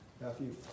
Matthew